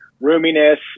roominess